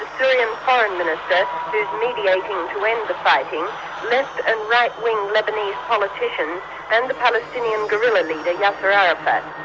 syrian foreign minister who's mediating to end the fighting, left and right-wing lebanese politicians and the palestinian guerrilla leader, yasser arafat.